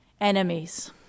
enemies